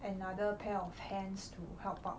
another pair of hands to help out